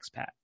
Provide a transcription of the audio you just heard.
expat